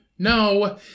No